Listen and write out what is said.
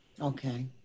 Okay